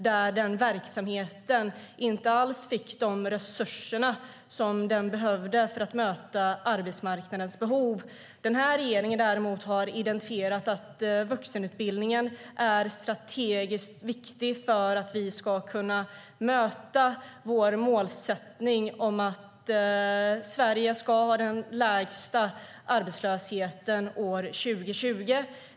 Den verksamheten fick inte alls de resurser som den behövde för att möta arbetsmarknadens behov. Den här regeringen däremot har identifierat vuxenutbildningen som strategiskt viktig för att vi ska kunna möta vår målsättning om att Sverige ska ha den lägsta arbetslösheten år 2020.